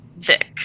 Vic